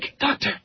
doctor